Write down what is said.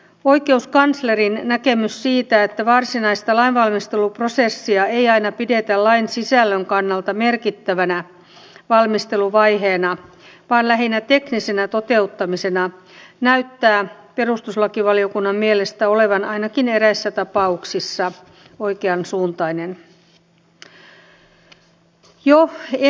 oikeuskanslerin näkemys siitä että varsinaista lainvalmisteluprosessia ei aina pidetä lain sisällön kannalta merkittävänä valmisteluvaiheena vaan lähinnä teknisenä toteuttamisena näyttää perustuslakivaliokunnan mielestä olevan ainakin eräissä tapauksissa oikeansuuntainen